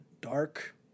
dark